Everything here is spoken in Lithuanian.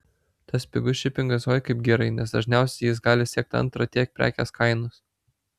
tas pigus šipingas oi kaip gerai nes dažniausiai jis gali siekt antrą tiek prekės kainos